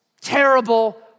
terrible